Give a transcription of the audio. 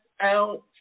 out